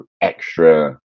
extra